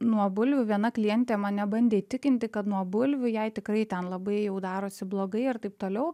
nuo bulvių viena klientė mane bandė įtikinti kad nuo bulvių jai tikrai ten labai jau darosi blogai ir taip toliau